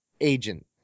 agent